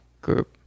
group